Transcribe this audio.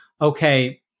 okay